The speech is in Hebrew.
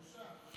בושה.